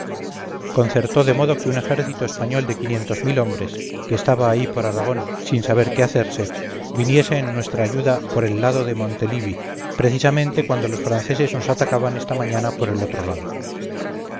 concertó de modo que un ejército español de quinientos mil hombres que estaba ahí por aragón sin saber qué hacerse viniese en nuestra ayuda por el lado de montelibi precisamente cuando los franceses nos atacaban esta mañana por el otro lado